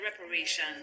reparation